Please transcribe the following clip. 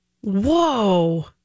Whoa